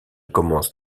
commence